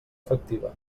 efectiva